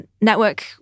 network